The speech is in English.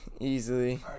easily